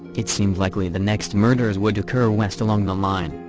it seemed likely the next murders would occur west along the line,